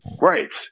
Right